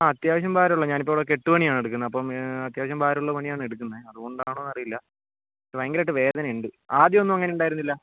ആ അത്യാവശ്യം ഭാരമേയുളളൂ ഞാൻ ഇപ്പോൾ ഇവിടെ കെട്ടുപണിയാണ് എടുക്കുന്നത് അപ്പോൾ അത്യാവശ്യം ഭാരമുള്ള പണിയാണ് എടുക്കുന്നത് അതുകൊണ്ടാണോ എന്ന് അറിയില്ല ഭയങ്കരമായിട്ട് വേദന ഉണ്ട് ആദ്യമൊന്നും അങ്ങനെ ഉണ്ടായിരുന്നില്ല